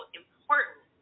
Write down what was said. important